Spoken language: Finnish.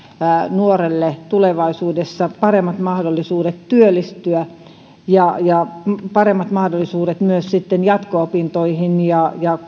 nuorelle tulevaisuudessa paremmat mahdollisuudet työllistyä ja ja paremmat mahdollisuudet myös jatko opintoihin ja ja